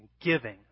giving